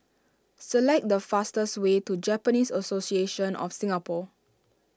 select the fastest way to Japanese Association of Singapore